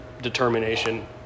determination